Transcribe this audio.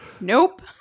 Nope